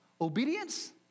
Obedience